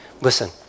listen